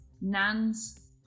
nans